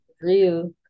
real